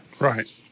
right